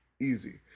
Easy